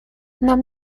нам